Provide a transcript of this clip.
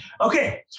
Okay